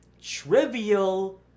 trivial